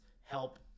help